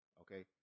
Okay